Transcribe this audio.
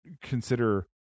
consider